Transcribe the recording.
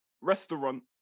restaurant